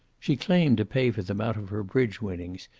she claimed to pay for them out of her bridge winnings,